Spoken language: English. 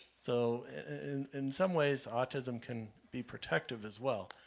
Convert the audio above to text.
so in some ways autism can be protective as well.